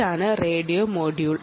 ഇതാണ് radio module